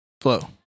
flow